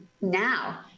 now